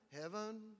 heaven